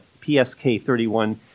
PSK31